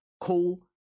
cool